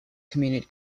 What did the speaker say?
community